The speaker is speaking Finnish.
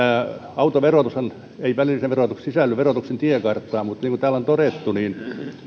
autoverotushan ei välilliseen verotukseen sisälly verotuksen tiekarttaan mutta niin kuin täällä on todettu